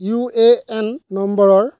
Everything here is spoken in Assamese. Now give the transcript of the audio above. ইউ এ এন নম্বৰৰ